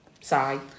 sigh